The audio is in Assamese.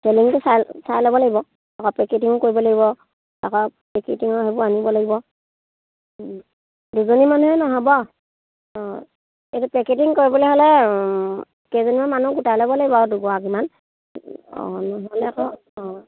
চেলিংটো চাই চাই ল'ব লাগিব আকৌ পেকেটিঙো কৰিব লাগিব আকৌ পেকেটিঙৰ সেইবোৰ আনিব লাগিব দুজনী মানুহে নহ'ব অঁ এইটো পেকেটিং কৰিবলে হ'লে কেইজনীমান মানুহ গোটাই ল'ব লাগিব আৰু দুগৰাকীমান অঁ নহ'লে আকৌ অঁ